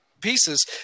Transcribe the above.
pieces